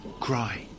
cry